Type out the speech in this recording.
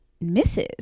misses